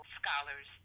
scholars